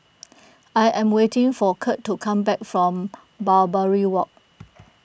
I am waiting for Kurt to come back from Barbary Walk